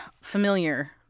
familiar